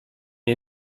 ihr